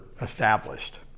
established